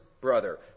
Brother